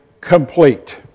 complete